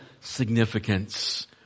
significance